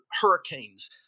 hurricanes